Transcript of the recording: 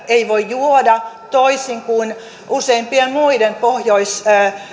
ei voi juoda toisin kuin useimpien muiden pohjois